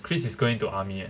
chris is going to army eh